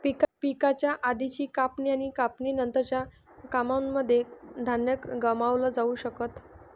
पिकाच्या आधीची कापणी आणि कापणी नंतरच्या कामांनमध्ये धान्य गमावलं जाऊ शकत